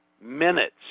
minutes